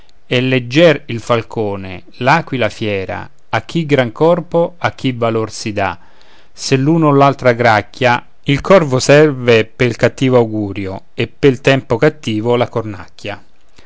è leggier il falcon l'aquila fiera a chi gran corpo a chi valor si dà se l'uno o l'altra gracchia il corvo serve pel cattivo augurio e pel tempo cattivo la cornacchia